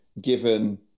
given